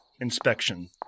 inspection